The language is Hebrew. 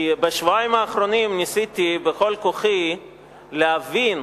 כי בשבועיים האחרונים ניסיתי בכל כוחי להבין,